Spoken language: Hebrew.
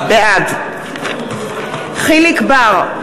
בעד יחיאל חיליק בר,